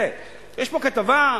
יש פה כתבה,